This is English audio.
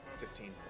Fifteen